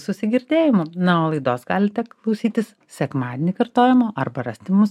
susigirdėjimų na o laidos galite klausytis sekmadienį kartojimo arba rasti mus